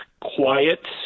quiet